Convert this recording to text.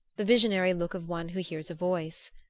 the visionary look of one who hears a voice.